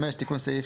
ו-13כג תיקון סעיף5.